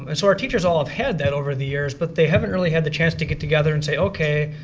ah so, our teachers all have had that over the years but they haven't really had the chance to get together and say, okay,